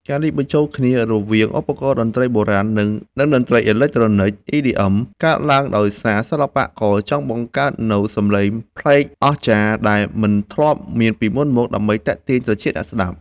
ការលាយបញ្ចូលគ្នារវាងឧបករណ៍តន្ត្រីបុរាណ និងតន្ត្រីអេឡិចត្រូនិក EDM កើតឡើងដោយសារសិល្បករចង់បង្កើតនូវសំឡេងប្លែកអស្ចារ្យ ដែលមិនធ្លាប់មានពីមុនមក ដើម្បីទាក់ទាញត្រចៀកអ្នកស្ដាប់។